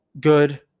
good